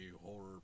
horror